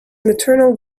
maternal